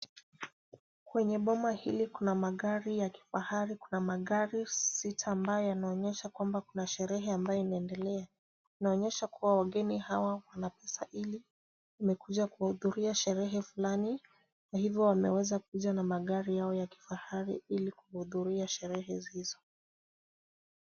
Kwenye boma hili kuna magari ya kifahari. Kuna magari sita ambayo yanaonyesha kwamba kuna sherehe ambayo inaendelea. Inaonyesha kuwa wageni hawa wana pesa ili wamekuja kuhudhuria sherehe fulani kwa hivyo wameweza kuja na magari yao ya kifahari ili kuhudhuria sherehe hizo.